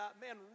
man